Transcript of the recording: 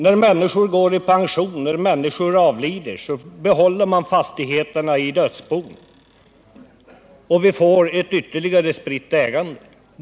När människor går i pension eller avlider, behåller man fastigheterna, t.ex. i dödsbon, och vi får ytterligare spritt ägande.